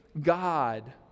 God